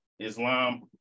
Islam